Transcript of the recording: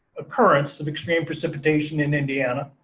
occurrence of extreme precipitation in indiana.